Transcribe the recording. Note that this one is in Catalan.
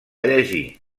llegir